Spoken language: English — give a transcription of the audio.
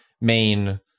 main